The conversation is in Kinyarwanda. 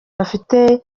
bafite